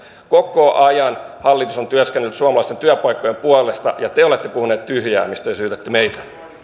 koko ajan hallitus on työskennellyt suomalaisten työpaikkojen puolesta ja te olette puhuneet tyhjää mistä te syytätte meitä